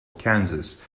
kansas